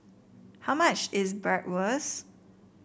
how much is Bratwurst